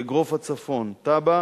אגרוף-הצפון, תב"ע